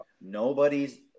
Nobody's